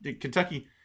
Kentucky